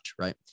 Right